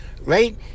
right